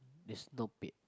there's no pay